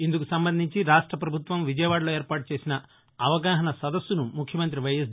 ఇందుకు సంబంధించి రాష్ట్రపభుత్వం విజయవాడలో ఏర్పాటుచేసిన అవగాహన సదస్సును ముఖ్యమంత్రి వైఎస్